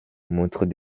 montrent